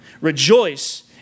Rejoice